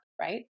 right